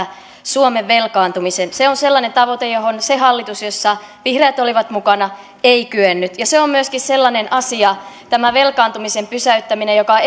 suomen velkaantumisen se on sellainen tavoite johon se hallitus jossa vihreät olivat mukana ei kyennyt ja se on myöskin sellainen asia tämä velkaantumisen pysäyttäminen joka on